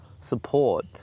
support